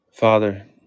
Father